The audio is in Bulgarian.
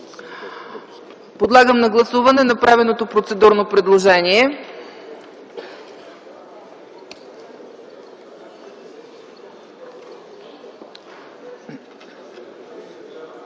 Подлагам на гласуване направеното процедурно предложение.